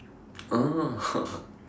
ah